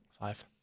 Five